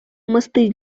мосты